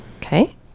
Okay